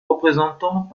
représentants